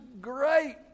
great